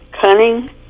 cunning